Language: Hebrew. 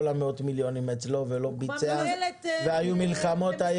המאות מיליונים אצלו ולא ביצע והיו מלחמות,